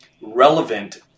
relevant